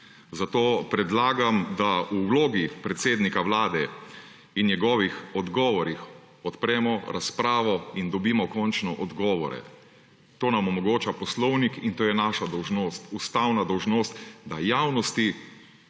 Zato predlagam, da o vlogi predsednika Vlade in njegovih odgovorih odpremo razpravo in dobimo končno odgovore. To nam omogoča poslovnik, in to je naša dolžnost, ustavna dolžnost, da javnosti